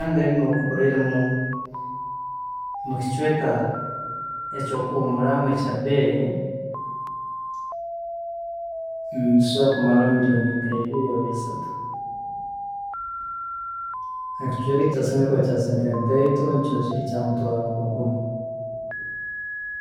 ﻿Obu okuba oreire mu- mukicweeka ekyokuhuumurramu ekya beeyi, nikisobola kumaraho million nkeibiri rundi nkeisatu, kandi ekicweeka ekikusembayo kuba kya sente ntaito nikiba nk'ekyomutwaaro gumu.